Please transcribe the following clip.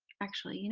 actually, you know